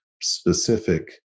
specific